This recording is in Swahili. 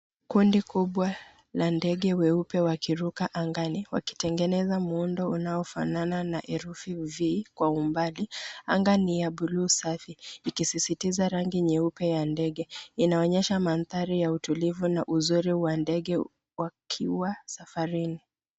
Kundi kubwa la ndege weupe wakiruka angani wakitengeneza muundo unaofanana na herufi v kwa umbali. Anga ni ya bluu safi ikisisitiza rangi nyeupe ya ndege. Inaonyesha mandhari ya utulivu na uzuri wa ndege wakiwa safarini.